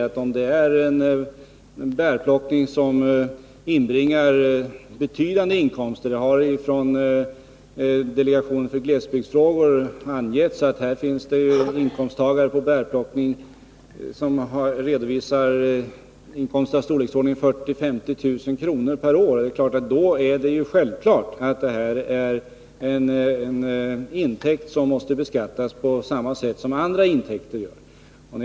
Bärplockningen kan ibland inbringa betydande inkomster. Delegationen för glesbygdsfrågor har angett att det finns personer som redovisar inkomster av bärplockning i storleksordningen 40 000-50 000 kr. per år. Då är det ju ändå självklart — jag hoppas att Bertil Jonasson och jag är överens om det — att de intäkterna måste beskattas på samma sätt som andra intäkter.